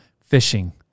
fishing